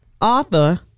Arthur